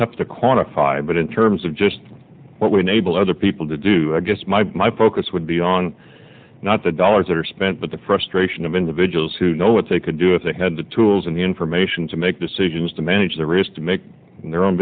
tough to quantify but in terms of just what we nabl other people to do i guess my my focus would be on not the dollars are spent but the frustration of individuals who know what they could do if they had the tools and the information to make decisions to manage the risk to make their own